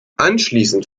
anschließend